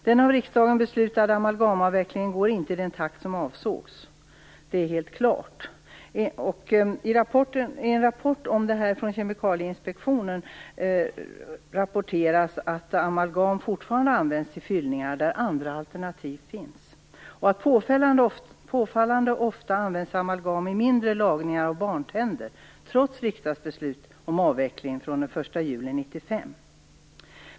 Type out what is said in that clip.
Den av riksdagen beslutade amalgamavvecklingen går inte i den takt som avsågs. Det är helt klart. I en rapport från Kemikalieinspektionen rapporteras att amalgam fortfarande används i fyllningar där andra alternativ finns. Påfallande ofta används amalgam i mindre lagningar av barntänder, trots riksdagsbeslut om avveckling från den 1 juli 1995.